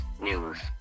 News